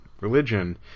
religion